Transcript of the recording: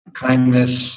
kindness